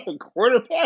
quarterback